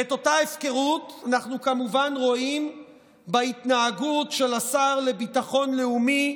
את אותה הפקרות אנחנו כמובן רואים בהתנהגות של השר לביטחון לאומי,